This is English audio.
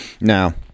Now